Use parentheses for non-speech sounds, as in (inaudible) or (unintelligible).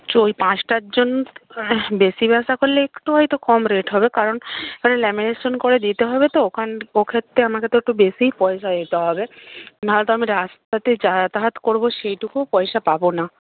তো ওই পাঁচটার জন্য বেশি (unintelligible) করলে একটু হয়তো কম রেট হবে কারণ (unintelligible) ল্যামিনেশন করে দিতে হবে তো ওখান ওক্ষেত্রে আমাকে তো একটু বেশিই পয়সা দিতে হবে না হলে তো আমি রাস্তাতে যাতায়াত করব সেইটুকুও পয়সা পাব না